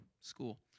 school